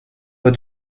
pas